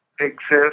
exist